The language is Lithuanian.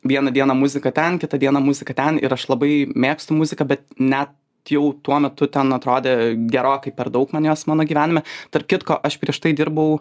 vieną dieną muzika ten kitą dieną muzika ten ir aš labai mėgstu muziką bet net jau tuo metu ten atrodė gerokai per daug man jos mano gyvenime tarp kitko aš prieš tai dirbau